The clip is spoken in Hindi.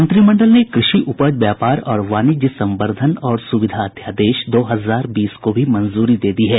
मंत्रिमंडल ने कृषि उपज व्यापार और वाणिज्य संवर्धन और सुविधा अध्यादेश दो हजार बीस को भी मंजूरी दे दी है